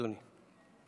אדוני,